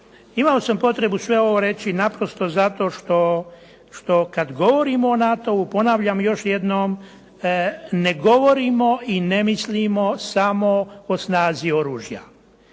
Imao sam potrebu sve ovo reći naprosto zato što kad govorimo o NATO-u, ponavljam još jednom, ne govorimo i ne mislimo samo o snazi oružja.